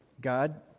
God